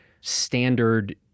standard